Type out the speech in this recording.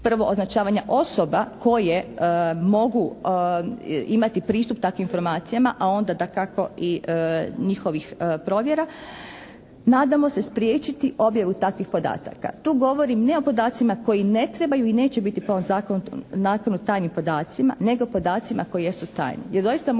prvo označavanja osoba koje mogu imati pristup takvim informacijama a onda dakako i njihovih provjera nadamo se spriječiti objavu takvih podataka. Tu govorim ne o podacima koji ne trebaju i neće biti po ovom zakonu …/Govornik se ne razumije./… tajnim